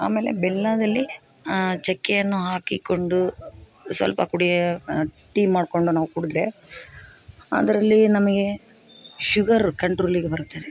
ಆಮೇಲೆ ಬೆಲ್ಲದಲ್ಲಿ ಚಕ್ಕೆಯನ್ನು ಹಾಕಿಕೊಂಡು ಸ್ವಲ್ಪ ಕುಡಿಯ ಟೀ ಮಾಡಿಕೊಂಡು ನಾವು ಕುಡಿದ್ರೆ ಅದರಲ್ಲಿ ನಮಗೆ ಶುಗರ್ ಕಂಟ್ರೋಲಿಗೆ ಬರುತ್ತದೆ